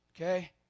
okay